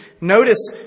Notice